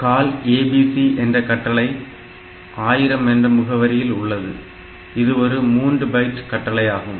Call ABC என்ற கட்டளை 1000 என்ற முகவரியில் உள்ளது இது ஒரு 3 பைட் கட்டளையாகும்